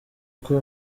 kuko